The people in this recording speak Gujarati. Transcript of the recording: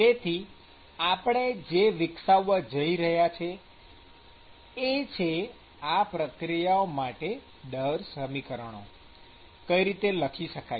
તેથી આપણે જે વિકસાવવા જઇ રહ્યા છીએ એ છે આ પ્રક્રિયાઓ માટે દર સમીકરણો કઈ રીતે લખી શકાય